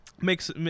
makes